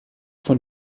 von